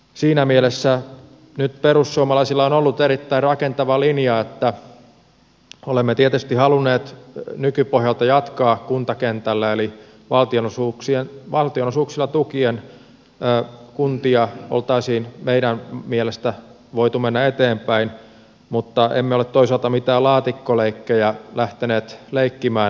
siinä mielessä perussuomalaisilla on ollut nyt erittäin rakentava linja että olemme tietysti halunneet nykypohjalta jatkaa kuntakentällä eli valtionosuuksilla tukien kuntia olisi meidän mielestämme voitu mennä eteenpäin mutta emme ole toisaalta mitään laatikkoleikkejä lähteneet leikkimään